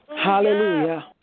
hallelujah